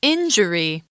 Injury